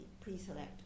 pre-select